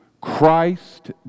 Christ